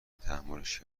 تحملش